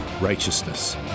righteousness